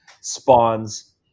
spawns